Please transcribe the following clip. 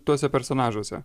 tuose personažuose